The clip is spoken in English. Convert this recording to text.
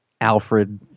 Alfred